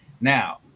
Now